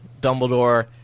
Dumbledore